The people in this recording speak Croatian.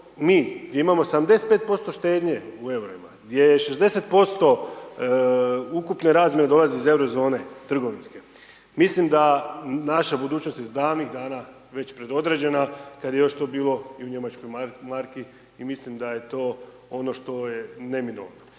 mi imao 75% štednje u EUR-ima gdje je 60% ukupne razmjene dolazi iz euro zone trgovinske, mislim da naša budućnost već davnih dana već preodređena kad je još to bilo i u njemačkoj marki i mislim da je to ono što je neminovno.